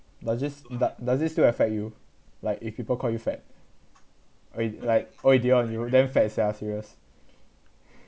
does this doe~ does this still affect you like if people call you fat I mean like !oi! dion you damn fat sia serious